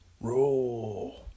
roll